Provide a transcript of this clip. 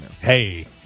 Hey